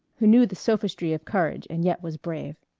who knew the sophistry of courage and yet was brave.